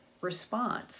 response